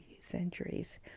centuries